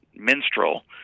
minstrel